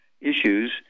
issues